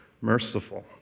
merciful